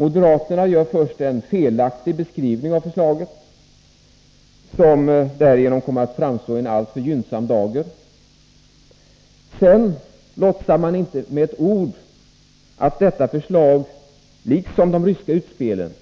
Moderaterna gör först en felaktig beskrivning av förslaget, som därigenom kommer att framstå i en alltför gynnsam dager. Sedan låtsar man inte med ett ord om att detta förslag liksom det ryska utspelet